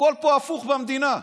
הכול פה הפוך במדינה.